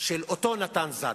של אותו נתן זאדה,